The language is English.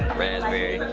raspberry.